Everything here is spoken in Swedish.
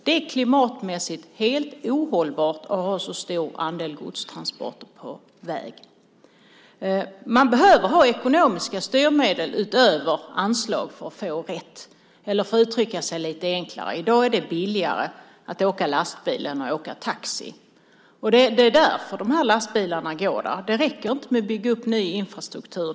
Det är klimatmässigt helt ohållbart att ha en så stor del godstransporter på väg. Man behöver ha ekonomiska styrmedel utöver anslag för att få rätt. Eller, för att uttrycka sig lite enklare: I dag är det billigare att åka lastbil än att åka taxi. Det är därför lastbilarna går där. Det räcker inte att bygga upp ny infrastruktur.